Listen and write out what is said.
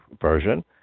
version